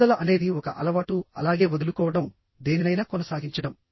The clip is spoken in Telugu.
పట్టుదల అనేది ఒక అలవాటుఅలాగే వదులుకోవడందేనినైనా కొనసాగించడం